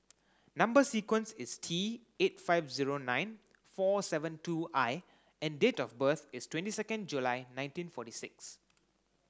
number sequence is T eight five zero nine four seven two I and date of birth is twenty second July nineteen forty six